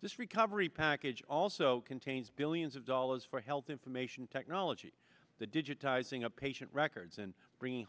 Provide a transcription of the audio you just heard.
this recovery package also contains billions of dollars for health information technology the digitizing a patient records and bringing